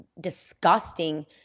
disgusting